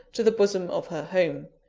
to the bosom of her home.